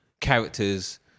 characters